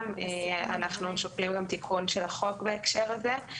אנחנו שוקלים גם תיקון של החוק בהקשר הזה.